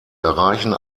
erreichen